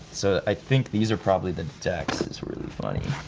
so i think these are probably the decks, it's really funny,